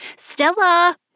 Stella